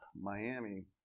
Miami